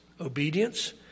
obedience